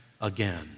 again